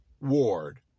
ward